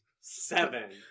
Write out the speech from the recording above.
Seven